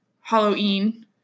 Halloween